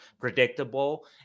predictable